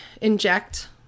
inject